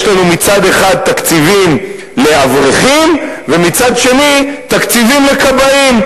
יש לנו מצד אחד תקציבים לאברכים ומצד שני תקציבים לכבאים.